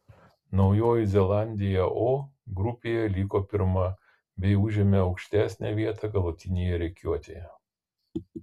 naujoji zelandija o grupėje liko pirma bei užėmė aukštesnę vietą galutinėje rikiuotėje